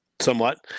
somewhat